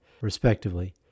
respectively